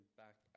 back